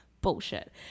bullshit